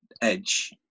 edge